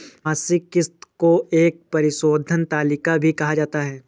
मासिक किस्त को एक परिशोधन तालिका भी कहा जाता है